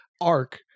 arc